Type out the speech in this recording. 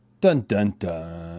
Dun-dun-dun